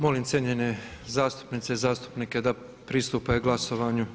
Molim cijenjene zastupnice i zastupnike da pristupe glasovanju.